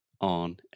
on